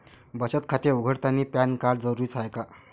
बचत खाते उघडतानी पॅन कार्ड जरुरीच हाय का?